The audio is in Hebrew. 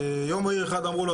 יום בהיר אחד אמרו לו,